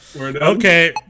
okay